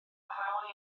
hawl